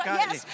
yes